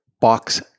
box